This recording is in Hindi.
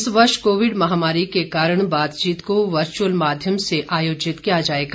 इस वर्ष कोविड महामारी के कारण बातचीत को वर्चुअल माध्यकम से आयोजित किया जाएगा